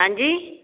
ਹਾਂਜੀ